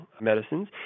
medicines